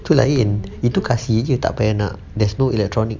tu lain itu kasi jer tak payah nak there's no electronic